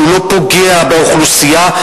שלא פוגע באוכלוסייה,